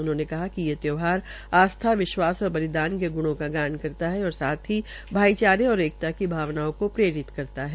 उन्होंने कहा कि ये त्यौहार आस्था विश्वास और बलिदान के ग्रणों का गान करता है और साथ ही भाईचारे और एकता की भावनाओं को प्रेरित करता है